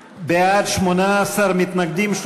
בעד, 18, מתנגדים,